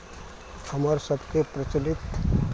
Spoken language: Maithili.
हमर सभके प्रचलित